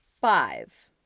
five